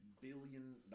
billion